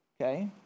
okay